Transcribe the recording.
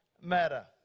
matter